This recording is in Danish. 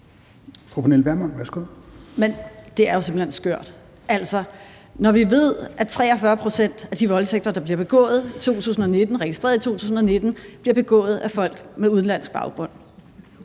Men det er jo simpelt hen skørt. Når vi ved, at 43 pct. af de voldtægter, der bliver begået i 2019, registreret i 2019, bliver begået af folk med udenlandsk baggrund,